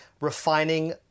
refining